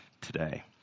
today